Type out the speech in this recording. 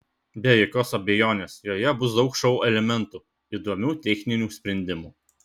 be jokios abejonės joje bus daug šou elementų įdomių techninių sprendimų